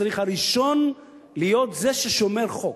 צריך להיות הראשון ששומר חוק,